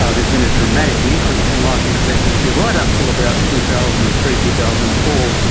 ah there's been a dramatic increase in life expectancy, right up until about two thousand and three, two thousand and four,